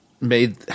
made –